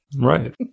Right